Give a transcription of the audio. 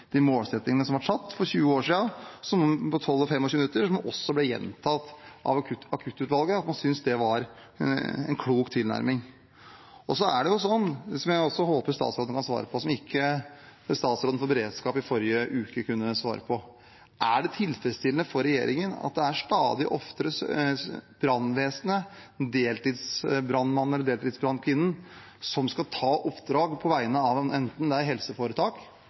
ble også gjentatt av akuttutvalget at man synes det var en klok tilnærming. Et spørsmål som jeg håper statsråden kan svare på, som statsråden for beredskap ikke kunne svar på i forrige uke, er: Er det tilfredsstillende for regjeringen at det stadig oftere er brannvesenet, deltids brannmannen eller deltids brannkvinnen, som skal ta oppdrag enten det er for helseforetak, på vegne av statsråd Bent Høie som er sjef for helseforetakene, eller innenfor justissektoren for politiet. Det er